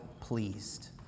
pleased